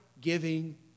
giving